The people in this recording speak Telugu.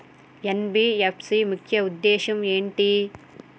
ఎన్.బి.ఎఫ్.సి ముఖ్య ఉద్దేశం ఏంటి?